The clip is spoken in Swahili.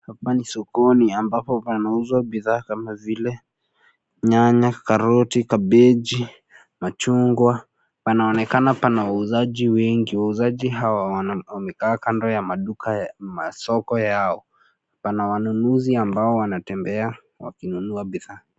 Hapa ni sokoni ambapo panauzwa bidhaa kama vile: nyanya, karoti, kabeji, machungwa, panaonekana pana wauzaji wengi wauzaji hawa wamekaa kando ya maduka masoko yao, pana wanunuzi ambao wanatembea, wakinunua bidhaa.